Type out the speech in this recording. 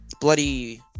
Bloody